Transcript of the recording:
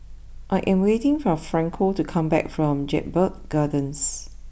I am waiting for Franco to come back from Jedburgh Gardens